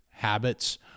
habits